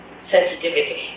sensitivity